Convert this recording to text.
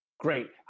Great